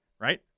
right